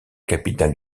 capitale